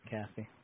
Kathy